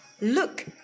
Look